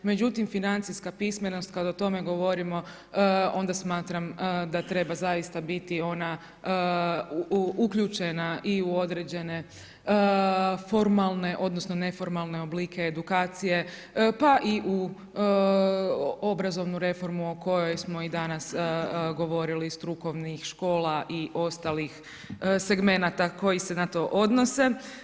Međutim, financijska pismenost, kad o tome govorimo, onda smatram da treba zaista biti ona uključena i u određene formalne, odnosno neformalne oblike edukacije pa i u obrazovnu reformu o kojoj smo i danas govorili strukovnih škola i ostalih segmenata koji se na to odnose.